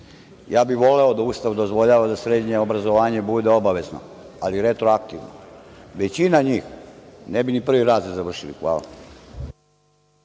bih da Ustav dozvoljava da srednje obrazovanje bude obavezno, ali retroaktivno. Većina njih ne bi ni prvi razred završila. Hvala.